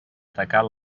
atacar